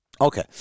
Okay